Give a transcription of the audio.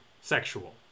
Sexual